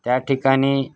त्या ठिकाणी